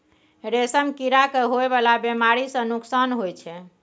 रेशम कीड़ा के होए वाला बेमारी सँ नुकसान होइ छै